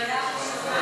תרשום אותי